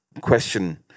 question